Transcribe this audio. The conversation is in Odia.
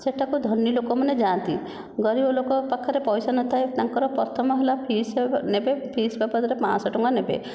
ସେଠାକୁ ଧନୀ ଲୋକମାନେ ଯାଆନ୍ତି ଗରିବ ଲୋକ ପାଖରେ ପଇସା ନଥାଏ ତାଙ୍କର ପ୍ରଥମ ହେଲା ଫିସ୍ ନେବେ ଫିସ୍ ବାବଦରେ ପାଞ୍ଚଶହ ଟଙ୍କା ନେବେ